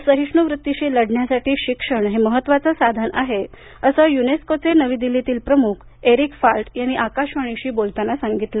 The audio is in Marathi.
असहिष्णू वृत्तीशी लढण्यासाठी शिक्षण हे महत्त्वाचे साधन आहे असं युनेस्कोचे नवी दिल्लीतील प्रमुख एरिक फाल्त यांनी आकाशवाणीशी बोलताना सांगितलं